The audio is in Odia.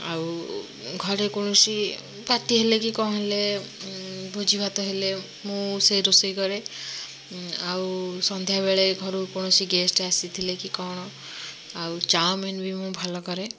ଆଉ ଘରେ କୌଣସି ପାର୍ଟି ହେଲେ କି କଣ ହେଲେ ଭୋଜି ଭାତ ହେଲେ ମୁଁ ସେ ରୋଷେଇ କରେ ଆଉ ସନ୍ଧ୍ୟା ବେଳେ ଘରକୁ କୌଣସି ଗେଷ୍ଟ୍ ଆସିଥିଲେ କି କଣ ଆଉ ଚାଉମିନ୍ ବି ମୁଁ ଭଲ କରେ